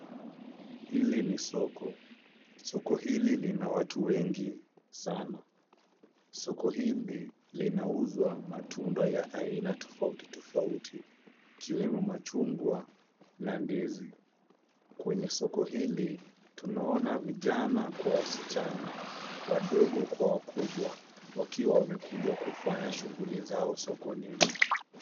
Hili ni soko, soko hili lina watu wengi sana. Soko hili, linauzwa matunda ya aina tofauti tofauti. Ikiwemo machungwa na ndizi. Kwenye soko hili, tunaona vijana kwa wasichana, wadogo kwa wakubwa, wakiwa wamekuja kufanya shughuli zao sokoni.